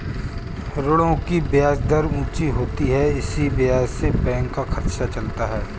ऋणों की ब्याज दर ऊंची होती है इसी ब्याज से बैंक का खर्चा चलता है